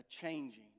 changing